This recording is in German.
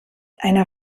einer